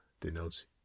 denotes